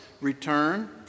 return